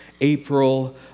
April